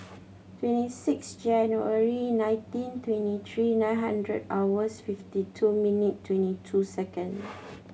twenty six January nineteen twenty three nine hundred hours fifty two minute twenty two second